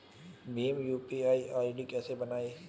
Bhim UPI ID कैसे बनाएं?